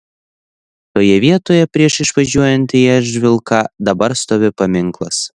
toje vietoje prieš įvažiuojant į eržvilką dabar stovi paminklas